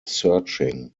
searching